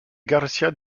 garcía